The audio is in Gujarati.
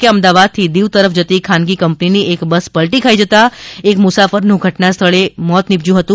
કે અમદાવાદથી દીવ તરફ જતી ખાનગી કંપનીની એક બસ પલટી ખાઈ જતા એક મુસાફરનું ધટનાસ્થળે જ કરૂણ મોત નીપજ્યું હતું